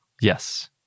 Yes